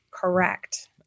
Correct